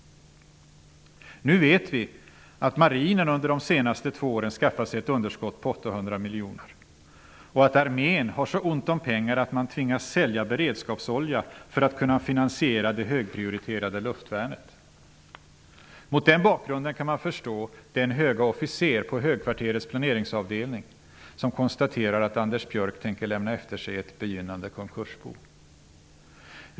Vi vet att marinen under de senaste två åren har skaffat sig ett underskott på 800 miljoner och att armén har så ont om pengar att man tvingas sälja beredskapsolja för att kunna finansiera det högprioriterade luftvärnet. Mot den bakgrunden kan man förstå den höga officer på högkvarterets planeringsavdelning som konstaterade att Anders Björck tänker lämna ett begynnande konkursbo efter sig.